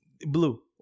blue